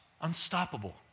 unstoppable